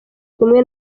kumwe